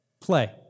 play